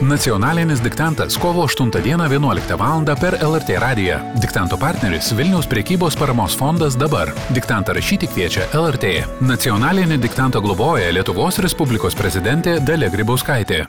nacionalinis diktantas kovo aštuntą dieną vienuoliktą valandą per lrt radiją diktanto partneris vilniaus prekybos paramos fondas dabar diktantą rašyti kviečia lrt nacionalinį diktantą globoja lietuvos respublikos prezidentė dalia grybauskaitė